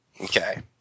Okay